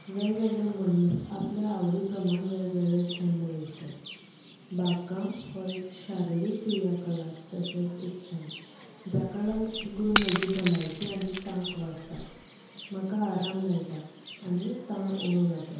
वेगवेगळे मनीस आपल्या आवडी प्रमाण वेगवेगळे छंद वेंचतात बागकाम हो एक शारिरीक क्रिया कलाप तशेंच एक छंद जाका लागून म्हजी भलायकी आनी तांक वाडटा म्हाका आराम मेळटा आनी ताण उणो जाता